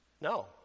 No